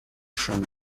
from